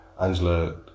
Angela